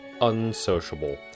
unsociable